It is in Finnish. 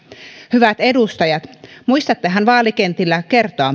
hyvät edustajat muistattehan vaalikentillä kertoa